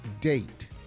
date